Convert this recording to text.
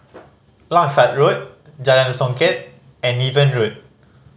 Langsat Road Jalan Songket and Niven Road